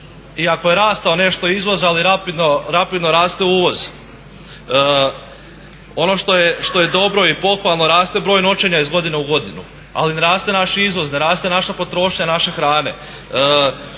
iako je rastao nešto izvoz ali rapidno raste uvoz. Ono što je dobro i pohvalno raste broj noćenja iz godine u godinu, ali ne raste naš izvoz, ne raste naša potrošnja naše hrane.